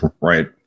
Right